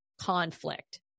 conflict